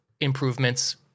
improvements